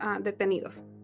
detenidos